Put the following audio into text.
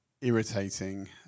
Irritating